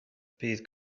bydd